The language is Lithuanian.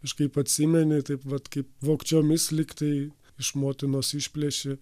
kažkaip atsimeni taip vat kaip vogčiomis lygtai iš motinos išplėši